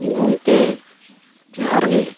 ᱜᱚᱢᱠᱮ ᱡᱚᱦᱟᱨ ᱜᱮ